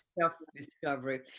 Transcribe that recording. Self-discovery